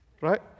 right